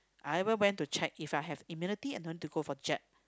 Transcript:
I ever went to check If I have immunity I no need to go for jab